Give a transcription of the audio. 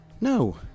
No